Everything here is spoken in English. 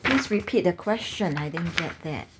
please repeat the question I didn't get that